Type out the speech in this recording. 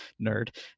nerd